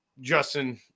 justin